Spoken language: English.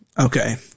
Okay